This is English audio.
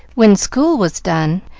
when school was done,